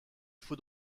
faut